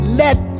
let